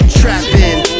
trapping